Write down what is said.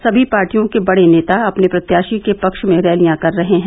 सभी पार्टियों के बड़े नेता अपने प्रत्याषी के पक्ष में रैलियां कर रहे हैं